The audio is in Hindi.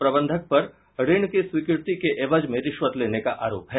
प्रबंधक पर ऋण की स्वीकृति देने के एवज में रिश्वत लेने का आरोप है